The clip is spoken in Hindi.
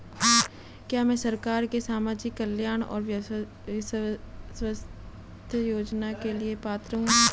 क्या मैं सरकार के सामाजिक कल्याण और स्वास्थ्य योजना के लिए पात्र हूं?